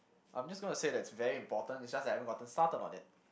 I'm just gonna say that it's very important it's just that I haven't gotten started on it